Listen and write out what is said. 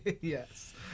Yes